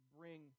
bring